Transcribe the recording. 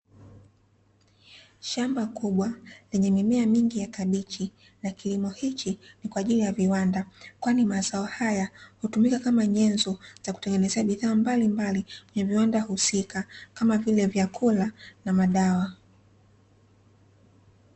Shamba kubwa lenye mimea mingi ya kabichi, na kilimo hichi ni kwa ajili ya viwanda kwani mazao haya hutumika kama nyenzo za kutengenezea bidhaa mbalimbali kwenye viwanda husika kama vile vyakula na madawa.